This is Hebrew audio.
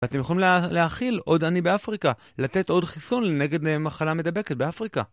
ואתם יכולים להאכיל עוד עני באפריקה, לתת עוד חיסון נגד מחלה מדבקת באפריקה.